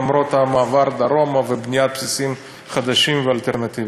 למרות המעבר דרומה ובניית בסיסים חדשים ואלטרנטיביים.